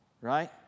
right